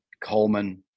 Coleman